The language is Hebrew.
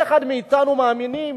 כל אחד מאתנו מאמין,